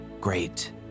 Great